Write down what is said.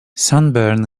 sunburn